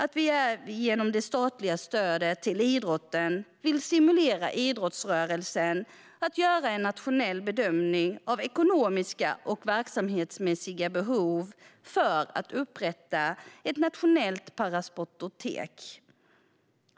Vi vill med hjälp av det statliga stödet till idrotten stimulera idrottsrörelsen att göra en nationell bedömning av ekonomiska och verksamhetsmässiga behov för att upprätta ett nationellt parasportotek.